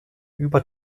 über